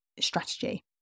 strategy